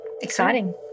Exciting